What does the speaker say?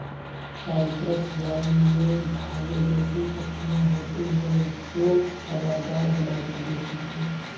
Cyprus vine में धागे जैसी पत्तियां होती हैं जो हवादार बनावट देती हैं